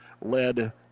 led